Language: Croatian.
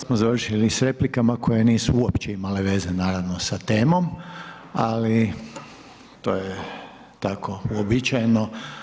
Sad smo završili sa replikama koje nisu uopće imale veze naravno sa temom ali to je tako uobičajeno.